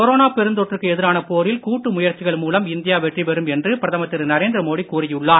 corona பெருந் தொற்றுக்கு எதிரான போரில் கூட்டு முயற்சிகள் மூலம் இந்தியா வெற்றி பெறும் என்று பிரதமர் திரு நரேந்திரமோடி கூறியுள்ளார்